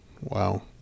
Wow